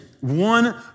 one